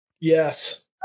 Yes